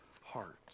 heart